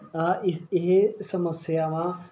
ਇਸ ਇਹ ਸਮੱਸਿਆਵਾਂ